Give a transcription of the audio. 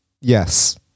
Yes